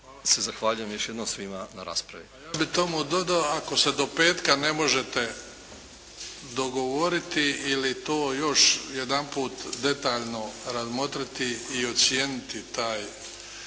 se zahvaljujem još jednom svima na raspravi. **Bebić, Luka (HDZ)** A ja bih tomu dodao ako se do petka ne možete dogovoriti ili to još jedan put detaljno razmotriti i ocijeniti taj